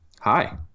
Hi